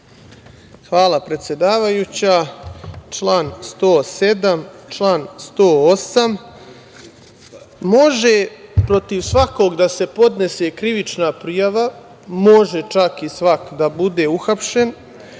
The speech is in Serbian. Hvala, predsedavajuća. Član 107, član 108 – može protiv svakog da se podnese krivična prijava, može čak i svako da bude uhapšen,